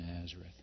Nazareth